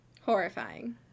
Horrifying